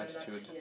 attitude